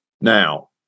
Now